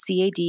CAD